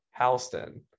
Halston